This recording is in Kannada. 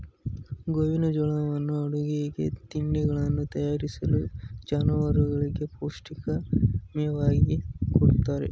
ಗೋವಿನಜೋಳವನ್ನು ಅಡುಗೆಗೆ, ತಿಂಡಿಗಳನ್ನು ತಯಾರಿಸಲು, ಜಾನುವಾರುಗಳಿಗೆ ಪೌಷ್ಟಿಕ ಮೇವಾಗಿ ಕೊಡುತ್ತಾರೆ